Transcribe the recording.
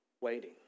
Waiting